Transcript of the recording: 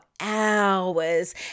hours